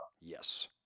Yes